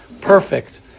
perfect